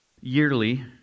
yearly